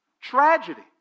tragedy